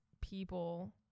people